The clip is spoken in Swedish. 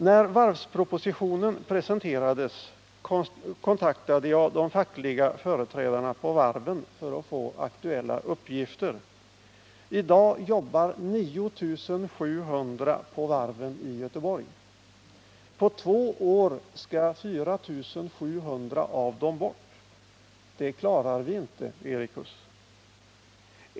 När varvspropositionen presenterades kontaktade jag de fackliga företrädarna på varven för att få aktuella uppgifter. I dag jobbar 9 700 på varven i Göteborg. På två år skall 4 700 av dem bort. Det klarar vi inte, Erik Huss.